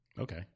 Okay